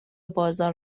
بازار